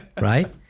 right